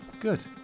Good